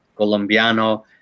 Colombiano